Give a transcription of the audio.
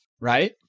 right